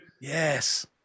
Yes